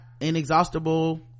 inexhaustible